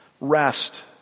Rest